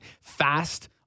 Fast